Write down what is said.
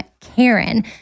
Karen